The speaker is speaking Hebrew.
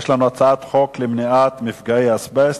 להציג את הצעת חוק למניעת מפגעי אסבסט,